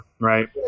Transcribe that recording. Right